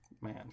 man